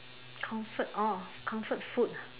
comfort orh comfort food